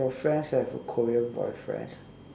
your friends have a korean boyfriend